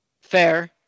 Fair